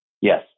Yes